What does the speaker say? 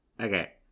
Okay